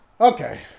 okay